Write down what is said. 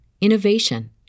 innovation